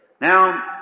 now